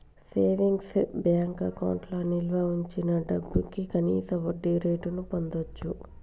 savings bank అకౌంట్లో నిల్వ వుంచిన డబ్భుకి కనీస వడ్డీరేటును పొందచ్చు